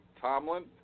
Tomlin